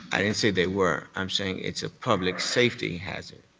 i didn't say they were. i'm saying it's a public safety hazard.